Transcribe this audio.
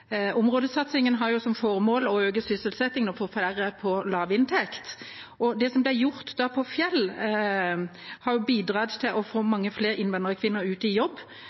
Områdesatsingen har jo som formål å øke sysselsettingen og få færre på lavinntekt, og det som ble gjort på Fjell, har jo bidratt til å få mange flere innvandrerkvinner ut i jobb,